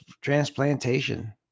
transplantation